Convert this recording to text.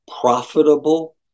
profitable